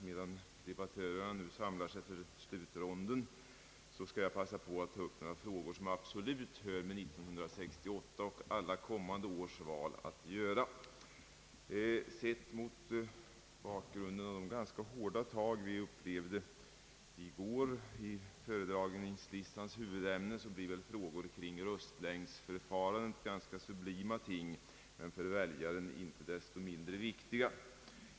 Medan debattörerna nu samlar sig för slutronden skall jag begagna tillfället att ta upp några frågor som absolut har med 1968 års och alla kommande års val att göra. Sett mot bakgrunden av de ganska hårda tag som vi upplevde i går under behandlingen av föredragningslistans huvudämne, blir frågor kring röstlängdsförfarandet ganska sublima ting men för väljaren inte desto mindre viktiga.